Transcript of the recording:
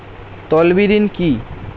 তলবি ঋণ কি?